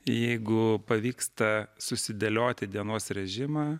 jeigu pavyksta susidėlioti dienos režimą